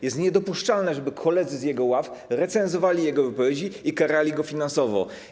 Jest niedopuszczalne, żeby koledzy z jego ław recenzowali jego wypowiedzi i karali go finansowo.